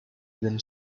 then